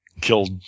killed